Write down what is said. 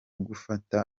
gufata